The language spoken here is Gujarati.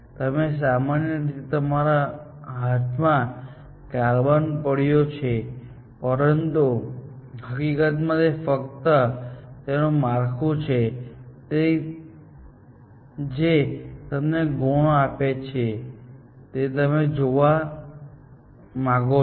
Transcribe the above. તમે સામાન્ય રીતે તમારા હાથમાં કાર્બન પકડ્યો છે પરંતુ હકીકતમાં તે ફક્ત તેનું માળખું છે જે તમને તે ગુણો આપે છે જે તમે જોવા માંગો છો